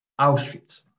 Auschwitz